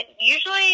usually